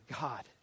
God